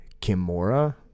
Kimura